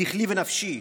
שכלי ונפשי,